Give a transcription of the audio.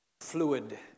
fluid